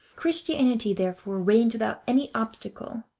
christianity, therefore, reigns without any obstacle,